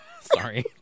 sorry